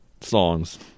songs